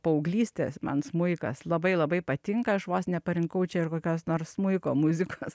paauglystės man smuikas labai labai patinka aš vos neparinkau čia ir kokios nors smuiko muzikos